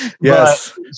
Yes